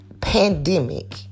pandemic